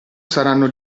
saranno